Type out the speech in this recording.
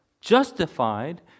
Justified